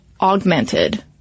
augmented